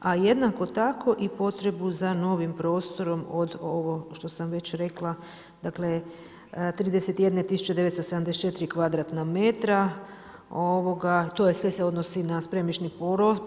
a jednako tako i potrebu za novim prostorom od ovo što sam već rekla, dakle 31 974 kvadratna metra, to sve se odnosi na spremišni